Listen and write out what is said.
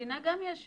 במדינה גם יש שמות,